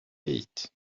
eat